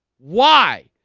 why?